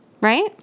right